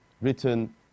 written